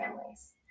families